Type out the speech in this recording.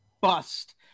bust